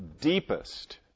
deepest